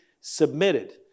submitted